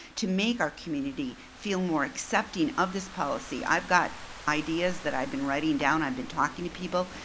to make our community feel more accepting of this policy, i've got ideas that i've been writing down, i've been talking to people.